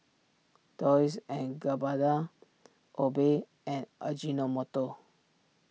Dolce and Gabbana Obey and Ajinomoto